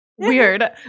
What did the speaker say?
Weird